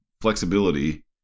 flexibility